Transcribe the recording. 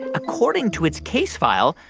according to its case file,